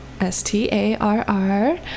S-T-A-R-R